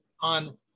on